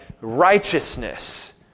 righteousness